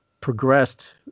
progressed